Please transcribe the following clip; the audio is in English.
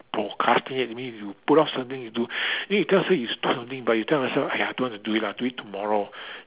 procrastinate that means you put off something to do then you tell yourself you but you tell yourself !aiya! don't want to do it lah do it tomorrow